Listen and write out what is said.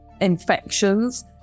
infections